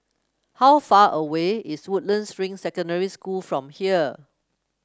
how far away is Woodlands Ring Secondary School from here